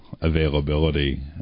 availability